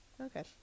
Okay